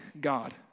God